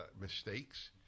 mistakes